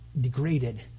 degraded